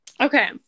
Okay